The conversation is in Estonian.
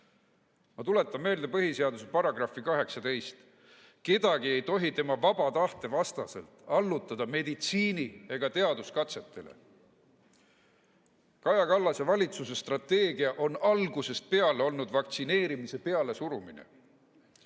Ma tuletan meelde põhiseaduse § 18: "Kedagi ei tohi tema vaba tahte vastaselt allutada meditsiini- ega teaduskatsetele." Kaja Kallase valitsuse strateegia on algusest peale olnud vaktsineerimise pealesurumine.